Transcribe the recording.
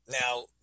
Now